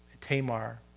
Tamar